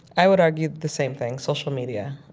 i would argue the same thing social media.